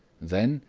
then,